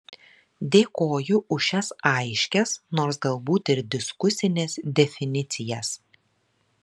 dėkoju už šias aiškias nors galbūt ir diskusines definicijas